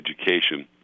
education